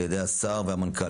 על ידי השר והמנכ"ל,